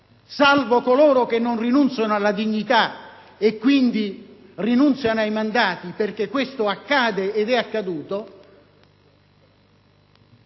salvo coloro che non rinunciano alla dignità e quindi ai mandati (perché questo accade ed è accaduto)